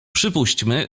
przypuśćmy